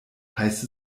heißt